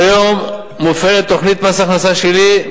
כיום מופעלת תוכנית מס הכנסה שלילי,